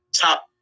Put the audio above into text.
top